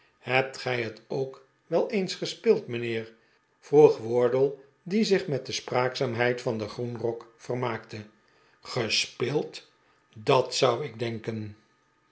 hebt gij het ook wel eens gespeeld mijnheer vroeg wardle die zich met de spraakzaamheid van den groenrok vermaakte gespeeld dat zou ik denken